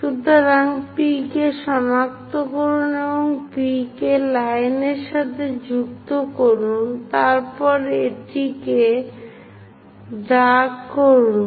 সুতরাং Pকে সনাক্ত করুন এবং Pকে এই লাইনের সাথে যুক্ত করুন তারপর এটিকে ডার্ক করুন